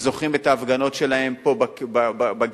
וזוכרים את ההפגנות שלהם פה בגשם.